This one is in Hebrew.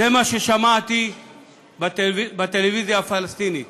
זה מה ששמעתי בטלוויזיה הפלסטינית.